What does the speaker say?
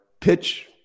pitch